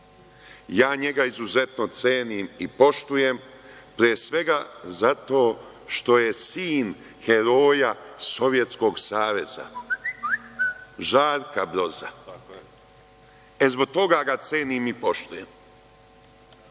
ja njega izuzetno cenim i poštujem pre svega zato što je sin heroja Sovjetskog Saveza, Žarka Broza. E, zbog toga ga cenim i poštujem,